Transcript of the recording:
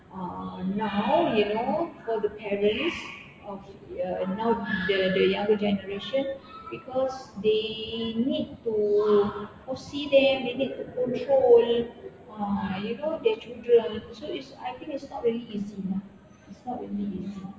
ah now you know for the parents of the now the the younger generation cause they need to foresee them they need to control ah you know their children so it's I think it's not really easy lah it's not really easy